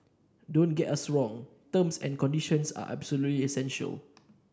don't get us wrong terms and conditions are absolutely essential